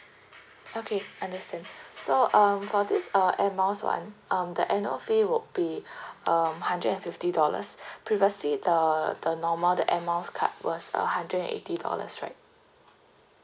okay understand so um for this uh air miles one um the annual fee would be um hundred and fifty dollars previously the the normal the air miles card was a hundred and eighty dollars right